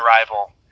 rival